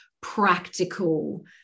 practical